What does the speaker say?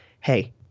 hey